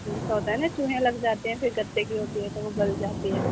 ایسا ہوتا ہے نا چوہے لگ جاتے ہیں پھر گتّے کی ہوتی ہے تو وہ گل جاتی ہے